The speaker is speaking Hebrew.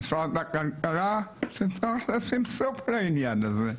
משרד הכלכלה, שצריך לשים סוף לעניין הזה.